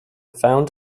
found